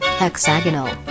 hexagonal